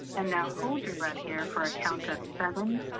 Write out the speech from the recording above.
and now hold your breath here for a count of seven,